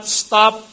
stop